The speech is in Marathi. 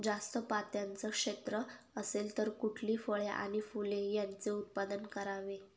जास्त पात्याचं क्षेत्र असेल तर कुठली फळे आणि फूले यांचे उत्पादन करावे?